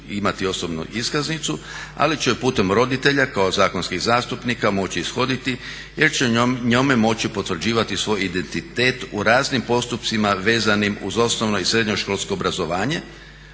imati osobnu iskaznicu, ali će ju putem roditelja kao zakonskih zastupnika moći ishoditi jer će njome moći potvrđivati svoj identitet u raznim postupcima vezanim uz osnovno i srednjoškolsko obrazovanje,